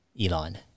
Elon